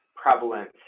Prevalence